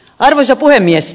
arvoisa puhemies